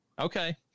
Okay